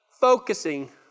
focusing